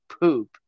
poop